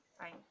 fine